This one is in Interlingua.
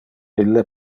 ille